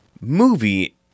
movie